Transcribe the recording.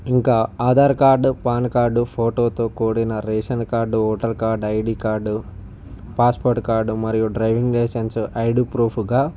ఇంకా Aadhaar card PAN card ఫొటోతో కూడిన ration card voter card ID card passport card మరియు డ్రైవింగ్ లైసెన్సు ఐడి ప్రూఫ్గా